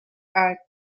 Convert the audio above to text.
are